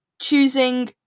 choosing